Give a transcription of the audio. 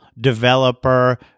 developer